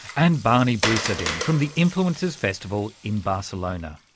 and bani brusadin from the influencers festival in barcelona.